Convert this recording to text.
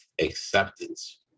acceptance